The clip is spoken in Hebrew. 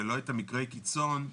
ולא את מקרי הקיצון.